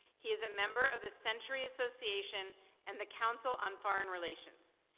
he is a member of the century association and the council on foreign relations,